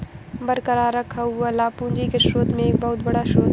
बरकरार रखा हुआ लाभ पूंजी के स्रोत में एक बहुत बड़ा स्रोत है